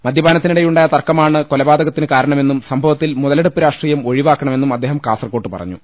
മദ്യപാനത്തി നിടെയുണ്ടായ തർക്കമാണ് കൊലപാതകത്തിന് കാരണമെന്നും സംഭവത്തിൽ മുതലെടുപ്പ് രാഷ്ട്രീയം ഒഴിവാക്കണമെന്നും അദ്ദേഹം കാസർക്കോട്ട് പറഞ്ഞു